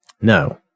No